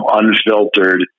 unfiltered